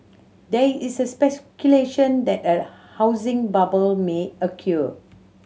there is speculation that a housing bubble may